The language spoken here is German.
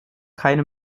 keine